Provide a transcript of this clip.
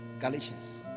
Galatians